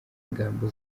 ingamba